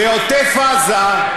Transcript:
בעוטף עזה,